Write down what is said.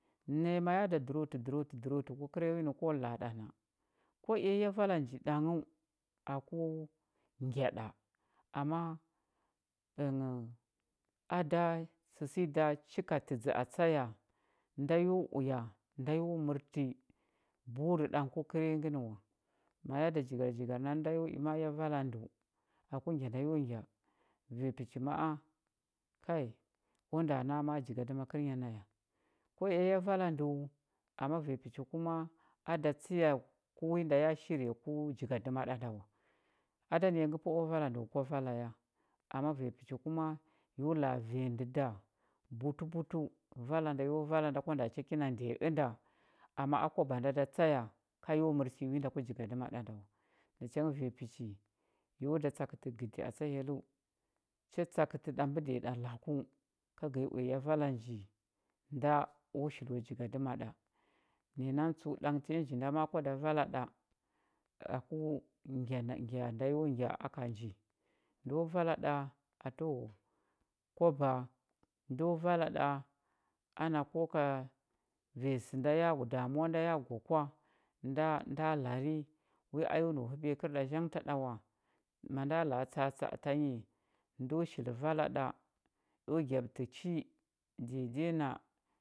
Naya ma ya da drotə drotə drotə ku kəra ya nə ko la a ɗa kwa i ya ya vala nji ɗanghəu aku ngya ɗa ama ənghəu a da səsənyi da chikatədzə a tsa ya nda yo uya nda yo mərtə buri ɗan ku kəra ngənə wa ma ya da jigar jigar nan nda yo i ya vala ndəu aku ngya nda yo ngya vanya pəchi ma a kai o nda na a ma jigadəma kərnya naya kwa i ya vala ndəu ama vanya pəchi kuma a da tsa ya ku wi nda ya shirya ku igadəma ɗa da wa a da naya ngə pa o vala ndə wa kwa vala ya ama vanya pəchi kuma yo la a vanya ndə da butəbutəu vala da yo vala nda kwa nda cha kina ndiya ənda ama a kwaba nda da tsa ya ka yo mər chul wi nda ku jigadəma ɗa nda wa nacha ngə vanya pəchi yo da tsakətə gədi tsa hyelləu cha tsakətə ɗa mbəɗiya ɗa laku ka ga ya uya ya vala nji nda o shilo jigadəma ɗa naya nan tsəu ɗang tanyi nji nda ma a kwa da vala ɗa aku ngya na ngya nda yo ngya ka nji ndo vala ɗa təwa kwaba ndo vala ɗa ana ko kavanya sə nda damuwa da ya gwa kwa nda nda lari wi a yo nau həbiya kərɗa zhangta ɗa wa ma nda la a tsa atsa a tanyi ndo shili vala ɗa eo gyaɓətə chi dede na,